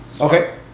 Okay